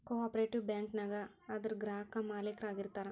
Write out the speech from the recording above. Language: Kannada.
ಕೊ ಆಪ್ರೇಟಿವ್ ಬ್ಯಾಂಕ ನ್ಯಾಗ ಅದರ್ ಗ್ರಾಹಕ್ರ ಮಾಲೇಕ್ರ ಆಗಿರ್ತಾರ